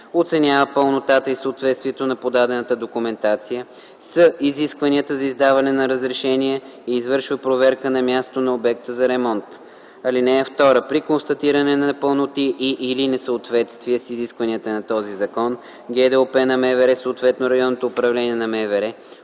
оценява пълнотата и съответствието на подадената документация с изискванията за издаване на разрешение и извършва проверка на място на обекта за ремонт. (2) При констатиране на непълноти и/или несъответствие с изискванията на този закон ГДОП на МВР, съответно РУ на МВР,